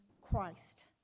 Christ